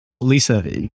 Lisa